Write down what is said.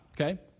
okay